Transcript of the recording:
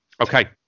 Okay